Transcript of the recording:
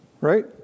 Right